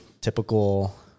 typical